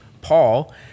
Paul